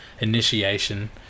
initiation